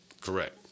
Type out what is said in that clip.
correct